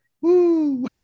Woo